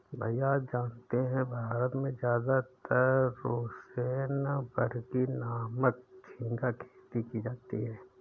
भैया आप जानते हैं भारत में ज्यादातर रोसेनबर्गी नामक झिंगा खेती की जाती है